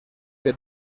que